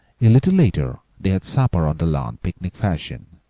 a little later they had supper on the lawn, picnic fashion,